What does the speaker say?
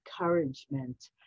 encouragement